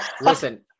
listen